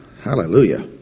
Hallelujah